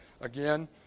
Again